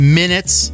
minutes